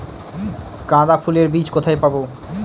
গাঁদা ফুলের বীজ কোথায় পাবো?